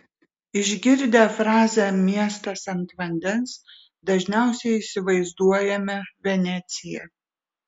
išgirdę frazę miestas ant vandens dažniausiai įsivaizduojame veneciją